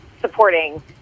supporting